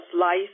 life